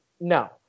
No